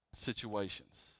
situations